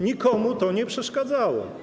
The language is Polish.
Nikomu to nie przeszkadzało.